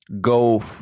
go